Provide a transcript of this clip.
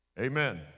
Amen